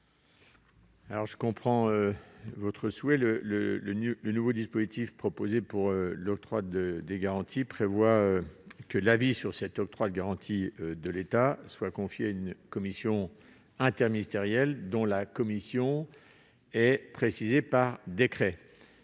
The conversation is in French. mon cher collègue. Néanmoins, le nouveau dispositif proposé pour l'octroi des garanties prévoit que l'avis sur l'octroi de la garantie de l'État soit confié à une commission interministérielle, dont la composition sera précisée par décret.